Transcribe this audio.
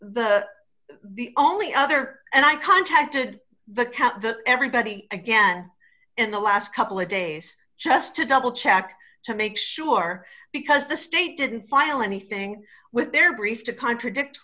the only other and i contacted the cap everybody again in the last couple of days just to double check to make sure because the state didn't file anything with their brief to contradict